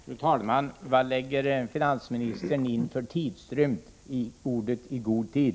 Fru talman! Vilken tidrymd avser finansministern med uttrycket ”i god tid”?